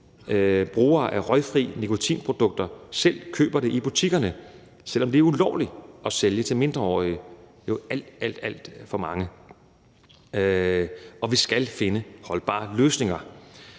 brugere af røgfrie nikotinprodukter selv køber det i butikkerne, selv om det er ulovligt at sælge til mindreårige. Det er jo alt, alt for mange, og vi skal finde holdbare løsninger.